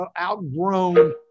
outgrown